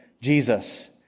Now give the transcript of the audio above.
Jesus